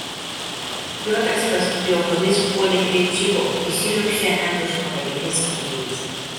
piotras pastriuokomis puolė prie džipo įsiropštė ant užpakalinės sėdynės